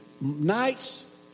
nights